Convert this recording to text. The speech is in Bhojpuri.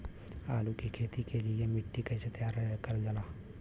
आलू की खेती के लिए मिट्टी कैसे तैयार करें जाला?